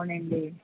అవునండి